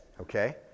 okay